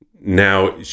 now